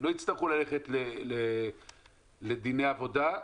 לא יצטרכו ללכת לדיני עבודה,